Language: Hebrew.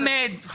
חמד, הבנו.